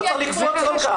לקפוץ כל כך.